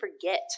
forget